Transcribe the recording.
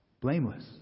blameless